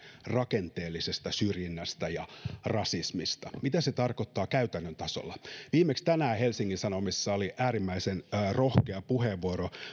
rakenteellisesta syrjinnästä ja rasismista mitä se tarkoittaa käytännön tasolla viimeksi tänään helsingin sanomissa oli äärimmäisen rohkea puheenvuoro